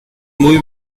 muy